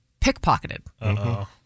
pickpocketed